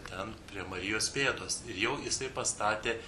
ten prie marijos pėdos ir jau jisai pastatė